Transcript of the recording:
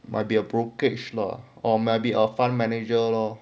might be a brokerage lah or maybe a fund manager lor